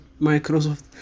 Microsoft